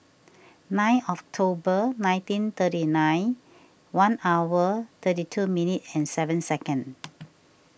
nine October nineteen thirty nine one hour thirty two minute and seven second